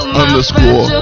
underscore